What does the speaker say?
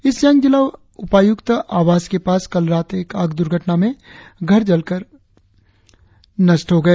east जिला उपायुक्त आवास के पास कल रात आग द्र्घटना में घर जलकर नष्ट हो गए